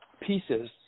pieces